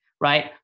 right